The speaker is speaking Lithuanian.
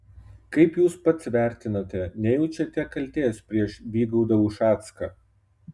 kaip jūs pats vertinate nejaučiate kaltės prieš vygaudą ušacką